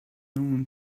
noon